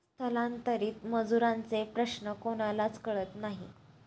स्थलांतरित मजुरांचे प्रश्न कोणालाच कळत नाही